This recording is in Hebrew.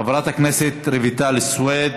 חברת הכנסת רויטל סויד.